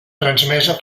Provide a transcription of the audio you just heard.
transmesa